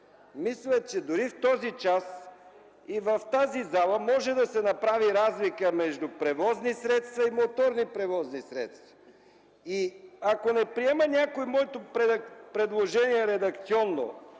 Мисля, че дори в този час и в тази зала може да се направи разлика между превозни средства и моторни превозни средства. Ако някой не приеме моето редакционно